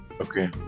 Okay